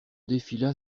défila